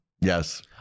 Yes